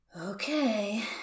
okay